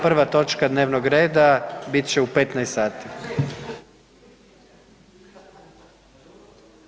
Prva točka dnevnog reda bit će u 15 sati.